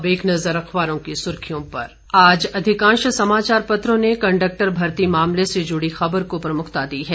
अब एक नजर अखबारों की सुर्खियों पर आज अधिकांश समाचार पत्रों ने कंडक्टर भर्ती मामले से जुड़ी खबर को प्रमुखता दी है